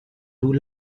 duh